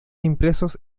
impresos